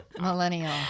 millennial